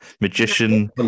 magician